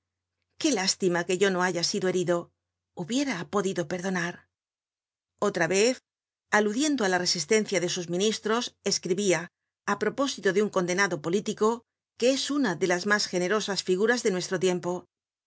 qué lástima que yo no haya sido herido hubiera po dido perdonar otra vez aludiendo á la resistencia de sus ministros escribia á propósito de un condenado político que es una de las mas generosas figuras de nuestro tiempo su